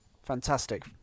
Fantastic